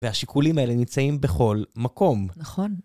והשיקולים האלה נמצאים בכל מקום. נכון.